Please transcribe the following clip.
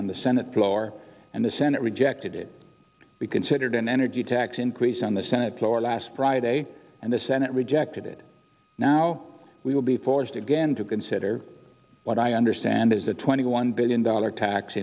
on the senate floor and the senate rejected it be considered an energy tax increase on the senate floor last friday and the senate rejected it now we will be forced again to consider what i understand as the twenty one billion dollar tax